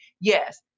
Yes